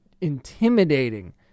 intimidating